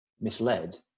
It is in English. misled